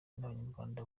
n’abanyarwanda